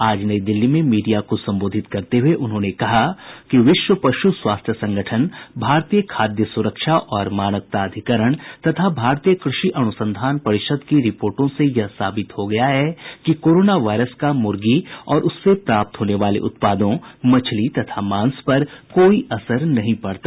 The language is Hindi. आज नई दिल्ली में मीडिया को संबोधित करते हुए उन्होंने कहा कि विश्व पशु स्वास्थ्य संगठन भारतीय खाद्य सुरक्षा और मानक प्राधिकरण तथा भारतीय कृषि अनुसंधान परिषद की रिपोर्टो से यह साबित हो गया है कि कोरोना वायरस का मूर्गी और उससे प्राप्त होने वाले उत्पादों मछली तथा मांस पर कोई असर नहीं पड़ता